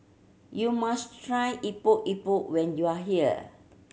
you must try Epok Epok when you are here